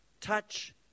touch